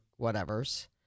whatevers